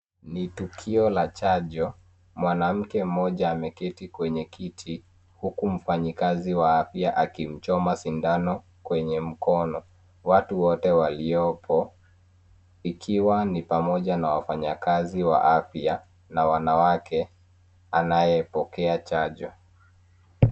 Ni tukio la chanjo, mwanamke mmoja ameketi kwenye kiti huku mfanyikazi wa afya akimchoma sindano kwenye mkono. Watu wote waliopo ikiwa ni pamoja na wafanyikazi wa afya a wanawake anaye pokea chanjo.